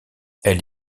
elle